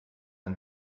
ein